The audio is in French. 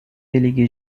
délégué